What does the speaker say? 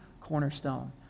cornerstone